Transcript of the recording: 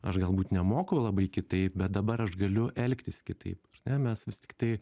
aš galbūt nemoku labai kitaip bet dabar aš galiu elgtis kitaip ar ne mes vis tiktai